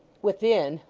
within,